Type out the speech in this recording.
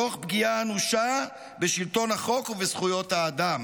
תוך פגיעה אנושה בשלטון החוק ובזכויות האדם.